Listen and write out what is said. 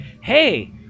hey